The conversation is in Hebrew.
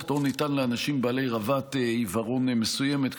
הפטור ניתן לאנשים בעלי רמת עיוורון מסוימת,